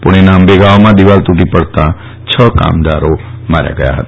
પૂજ્ઞેના અંબેગાંવમાં દીવાલ તૂટી પડતાં છ કામદારો માર્યા ગયા હતા